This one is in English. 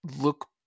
look